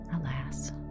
Alas